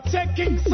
Taking